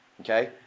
Okay